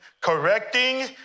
correcting